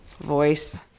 voice